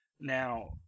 now